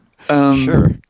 Sure